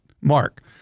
mark